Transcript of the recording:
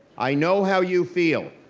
i know how you feel.